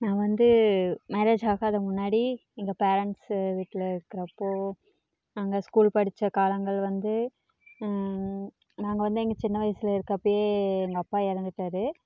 நான் வந்து மேரேஜ் ஆகாத முன்னாடி எங்கள் பேரன்ட்ஸ் வீட்டில் இருக்கிறப்போ நாங்கள் ஸ்கூல் படித்த காலங்கள் வந்து நாங்கள் வந்து எங்கள் சின்ன வயதுல இருக்கிறப்பையே எங்கள் அப்பா இறந்துட்டாரு